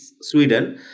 Sweden